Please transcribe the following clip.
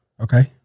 Okay